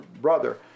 brother